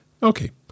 Okay